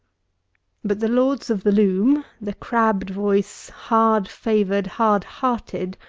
but the lords of the loom, the crabbed-voiced, hard-favoured, hard-hearted,